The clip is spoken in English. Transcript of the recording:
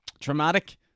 Traumatic